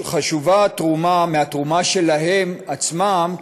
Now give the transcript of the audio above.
מהתרומה שלהם לעצמם,